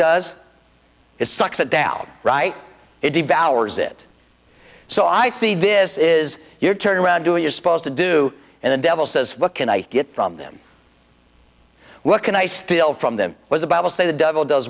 does it sucks it down right it devours it so i see this is your turn around do it you're supposed to do and the devil says what can i get from them what can i steal from them was a bible say the devil does